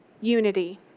unity